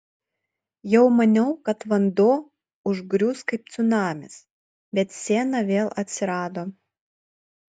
jau maniau kad vanduo užgrius kaip cunamis bet siena vėl atsirado